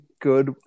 good